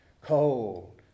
cold